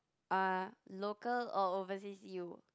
uh local or overseas U